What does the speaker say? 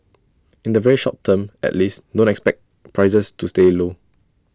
in the very short term at least don't expect prices to stay low